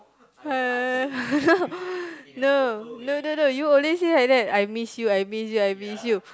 no no no no you only say like that I miss you I miss you I miss you